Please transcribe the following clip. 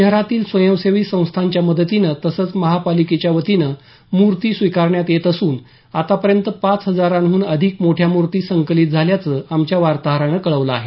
शहरातील स्वयंसेवी संस्थांच्या मदतीनं तसंच महापालिकेच्या वतीनं मूर्ती स्वीकारण्यात येत असून आतापर्यंत पाच हजाराहून अधिक मोठ्या मूर्तीं संकलित झाल्याचं आमच्या वार्ताहरानं कळवलं आहे